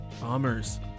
bombers